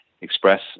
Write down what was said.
express